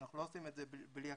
אנחנו לא עושים את זה בלי הקהילות,